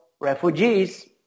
refugees